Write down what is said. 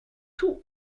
tout